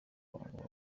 murongo